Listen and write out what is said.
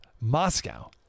Moscow